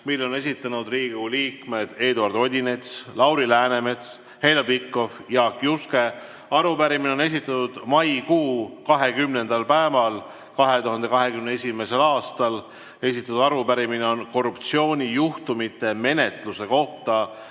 mille on esitanud Riigikogu liikmed Eduard Odinets, Lauri Läänemets, Heljo Pikhof ja Jaak Juske. Arupärimine on esitatud maikuu 20. päeval 2021. aastal. Esitatud arupärimine on korruptsioonijuhtumite menetluse kohta